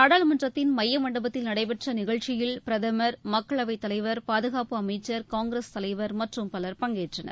நாடாளுமன்றத்தின் எமய மண்டபத்தில் நடைபெற்ற நிகழ்ச்சியில் பிரதமர் மக்களவைத் தலைவர் பாதுகாப்பு அமைச்சர் காங்கிரஸ் தலைவர் மற்றும் பலர் பங்கேற்றனர்